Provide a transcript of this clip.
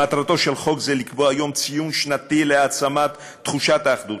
מטרתו של חוק זה לקבוע יום ציון שנתי להעצמת תחושת האחדות,